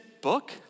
book